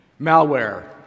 Malware